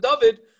David